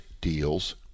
deals